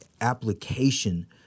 application